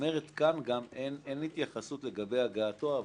כאן גם אין התייחסות לגבי הגעתו הביתה.